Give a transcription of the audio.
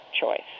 choice